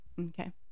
okay